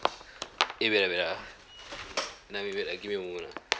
eh wait ah wait ah eh uh wait ah gimme a moment ah